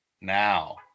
Now